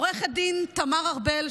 עו"ד תמר ארבל,